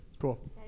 Cool